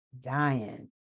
dying